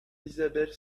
isabelle